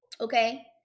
Okay